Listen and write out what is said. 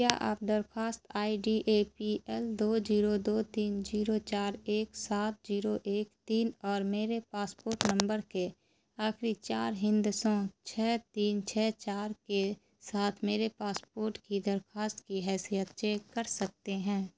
کیا آپ درخواست I D A P L دو زیرو دو تین زیرو چار ایک سات زیرو ایک تین اور میرے پاسپورٹ نمبر کے آخری چار ہندسوں چھ تین چھ چارکے ساتھ میرے پاسپورٹ کی درخواست کی حیثیت چیک کر سکتے ہیں